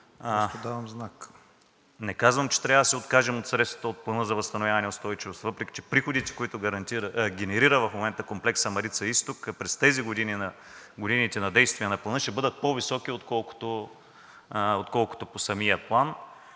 Не казвам, че трябва да се откажем от средствата от Плана за възстановяване и устойчивост, въпреки че приходите, които генерира в момента комплексът Марица изток, през тези години – годините на действие на Плана, ще бъдат по-високи, отколкото по самия план.